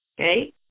Okay